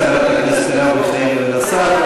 תודה לחברת הכנסת מרב מיכאלי ולשר.